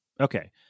Okay